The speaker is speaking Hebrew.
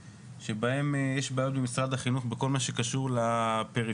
שבהם יש בעיות במשרד החינוך בכל מה שקשור לפריפריה,